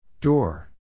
Door